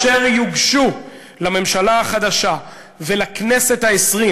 אשר יוגשו לממשלה החדשה ולכנסת העשרים